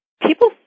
people